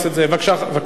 בבקשה, אדוני.